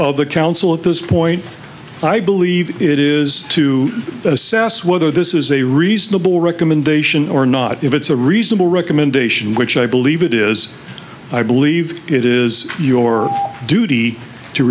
of the council at this point i believe it is to assess whether this is a reasonable recommendation or not if it's a reasonable recommendation which i believe it is i believe it is your duty to